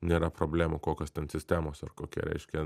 nėra problemų kokios ten sistemos ar kokie reiškia